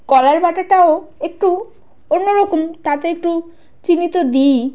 কলার বাটাটাও একটু অন্য রকম তাতে একটু চিনি তো দিইই